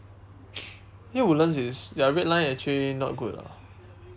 near woodlands is ya red line actually not good lah